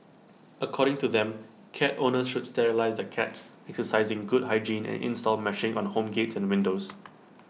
according to them cat owners should sterilise their cats exercise good hygiene and install meshing on home gates and windows